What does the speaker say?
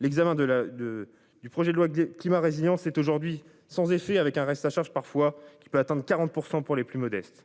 L'examen de la, de, du projet de loi climat résilience est aujourd'hui sans effet avec un reste à charge parfois qui peut atteindre 40% pour les plus modestes.